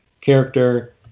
character